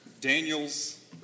Daniel's